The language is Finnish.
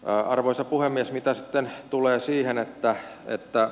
arvoisa puhemies mitä sitten tulee siihen että että